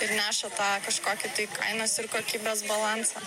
ir neša tą kažkokį tai kainos ir kokybės balansą